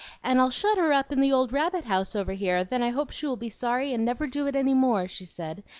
and i'll shut her up in the old rabbit-house over here then i hope she will be sorry and never do it any more, she said,